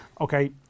okay